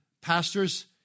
pastors